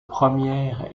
première